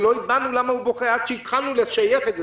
לא הבנו למה הוא בוכה עד שהתחלנו לשייך את זה.